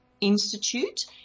Institute